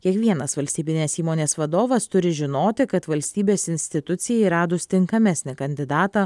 kiekvienas valstybinės įmonės vadovas turi žinoti kad valstybės institucijai radus tinkamesnį kandidatą